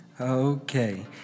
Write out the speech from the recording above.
Okay